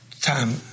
time